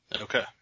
okay